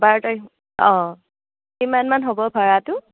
বাৰ তাৰিখ অ কিমানমান হ'ব ভাড়াটো